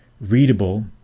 readable